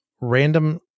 random